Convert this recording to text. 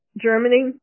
Germany